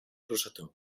rosetó